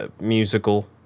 musical